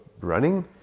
running